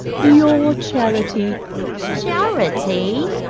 your charity charity,